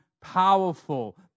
powerful